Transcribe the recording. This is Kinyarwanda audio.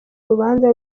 urubanza